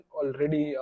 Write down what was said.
already